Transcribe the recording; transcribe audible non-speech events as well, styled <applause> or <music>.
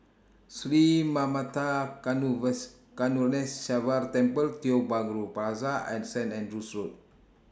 Sri Manmatha <unintelligible> Karuneshvarar Temple Tiong Bahru Plaza and Saint Andrew's Road